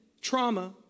trauma